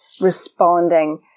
responding